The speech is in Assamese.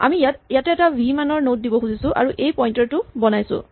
আমি ইয়াতে এটা ভি মানৰ নড দিব খুজিছোঁ আৰু এই পইন্টাৰ টো বনাইছোঁ